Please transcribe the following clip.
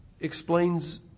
explains